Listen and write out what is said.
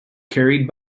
carried